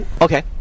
Okay